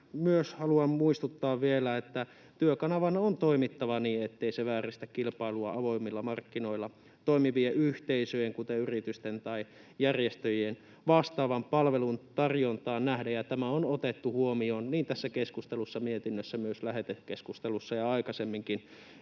myös haluan muistuttaa vielä, että Työkanavan on toimittava niin, ettei se vääristä kilpailua avoimilla markkinoilla toimivien yhteisöjen, kuten yritysten tai järjestöjen, vastaavan palvelun tarjontaan nähden. Tämä on otettu huomioon niin tässä keskustelussa ja mietinnössä kuin lähetekeskustelussa ja aikaisemminkin.